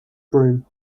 broom